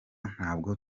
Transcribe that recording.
ntabwo